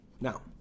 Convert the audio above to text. Now